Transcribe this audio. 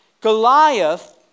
Goliath